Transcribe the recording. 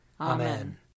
Amen